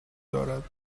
دارد